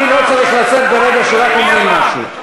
כי לא צריך לצאת ברגע שרק אני אמרתי.